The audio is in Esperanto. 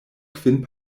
kvin